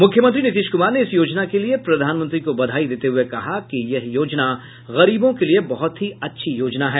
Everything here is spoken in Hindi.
मुख्यमंत्री नीतीश कुमार ने इस योजना के लिए प्रधानमंत्री को बधाई देते हुए कहा कि यह योजना गरीबों के लिए बहुत ही अच्छी योजना है